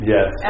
Yes